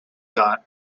got